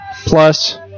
plus